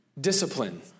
Discipline